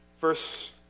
Verse